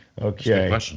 Okay